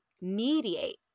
mediate